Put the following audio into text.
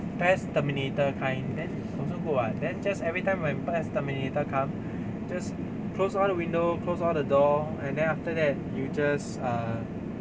pest terminator kind then also good [what] then just every time when pest terminator come just close all the window close all the door and then after that you just err